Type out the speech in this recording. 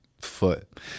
foot